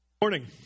Morning